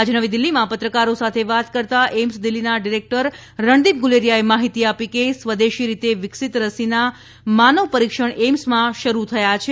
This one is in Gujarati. આજે નવી દિલ્હીમાં પત્રકારો સાથે વાત કરતાં એઈમ્સ દિલ્હીના ડિરેક્ટર રણદીપ ગુલેરિયાએ માહિતી આપી હતી કે સ્વદેશી રીતે વિકસિત રસીના માનવ પરીક્ષણ એઈમ્સમાં જ શરૂ થયાં છે